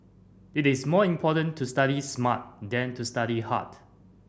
it is more important to study smart than to study hard